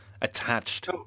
attached